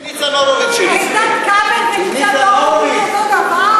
איתן כבל וניצן הורוביץ זה אותו דבר?